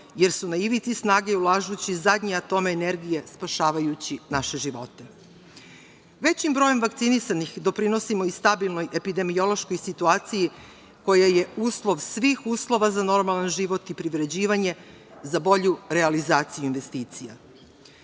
jer su na ivici snage i ulažući zadnje atome energije spašavajući naše živote. Većim brojem vakcinisanih doprinosimo i stabilnoj epidemiološkoj situaciji, koja je uslov svih uslova za normalan život i privređivanje za bolju realizaciju investicija. Kada